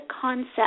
concept